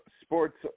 Sports